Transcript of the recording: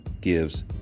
gives